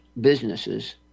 businesses